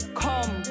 come